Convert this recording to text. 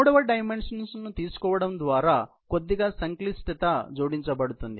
మూడవ డైమెన్షన్ తీసుకోవడం ఉంచడం ద్వారా కొద్దిగా సంక్లిష్టత జోడించబడుతుంది